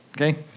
okay